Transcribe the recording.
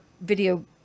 video